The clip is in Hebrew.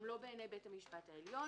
גם לא בעיני בית המשפט העליון,